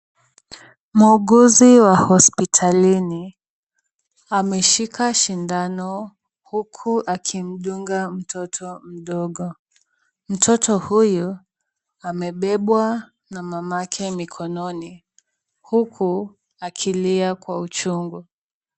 Muuguzi wa hospitalini ameshika sindano huku akimdunga mtoto mdogo. Mtoto huyu amebebwa na mama yake mkononi huku akilia kwa uchungu.